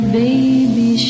baby